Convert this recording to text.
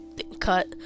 cut